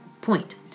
point